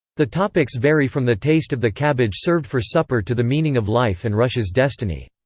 the topics vary from the taste of the cabbage served for supper to the meaning of life and russia's destiny.